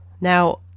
Now